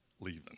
leaving